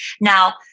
Now